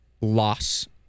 loss